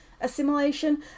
assimilation